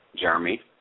Jeremy